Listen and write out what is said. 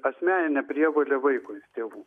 asmeninė prievolė vaikui tėvų